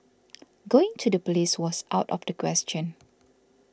going to the police was out of the question